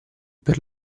per